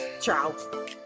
Ciao